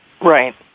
Right